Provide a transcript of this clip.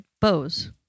Bows